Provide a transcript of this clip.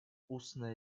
устное